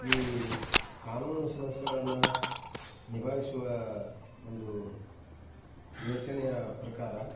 ಈ ಕಾನೂನು ಸಮಸ್ಯೆಗಳನ್ನು ನಿಭಾಯಿಸುವ ಒಂದು ಯೋಚನೆಯ ಪ್ರಕಾರ